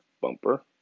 bumper